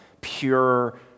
pure